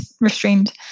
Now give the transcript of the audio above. restrained